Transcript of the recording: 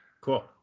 Cool